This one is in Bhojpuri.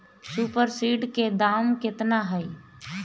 सुपर सीडर के दाम केतना ह?